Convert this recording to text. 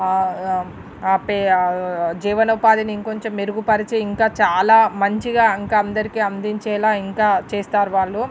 pay జీవనోపాధిని ఇంకొంచెం మెరుగుపరిచే ఇంకా చాలా మంచిగా ఇంకా అందరికీ అందించేలా ఇంకా చేస్తారు వాళ్ళు